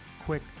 quick